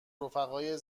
رفقای